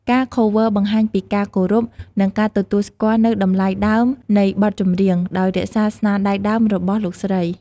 ការ Cover បង្ហាញពីការគោរព និងការទទួលស្គាល់នូវតម្លៃដើមនៃបទចម្រៀង ដោយរក្សាស្នាដៃដើមរបស់លោកស្រី។